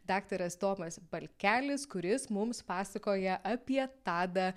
daktaras tomas balkelis kuris mums pasakoja apie tadą